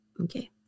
okay